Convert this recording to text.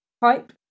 Pipe